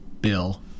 Bill